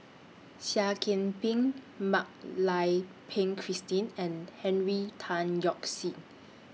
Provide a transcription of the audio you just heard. Seah Kian Peng Mak Lai Peng Christine and Henry Tan Yoke See